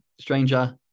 stranger